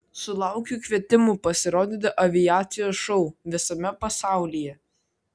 sulaukiu kvietimų pasirodyti aviacijos šou visame pasaulyje